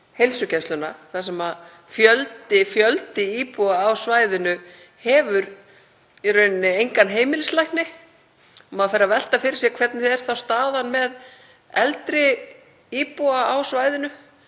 heilsugæsluna hefur fjöldi íbúa á svæðinu í rauninni engan heimilislækni. Maður fer að velta fyrir sér: Hvernig er þá staðan með eldri íbúa á svæðinu